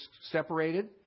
separated